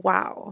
Wow